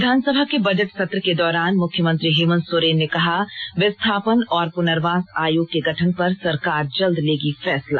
विधानसभा के बजट सत्र के दौरान मुख्यमंत्री हेमंत सोरेन ने कहा विस्थापन और पुनर्वास आयोग के गठन पर सरकार जल्द लेगी फैसला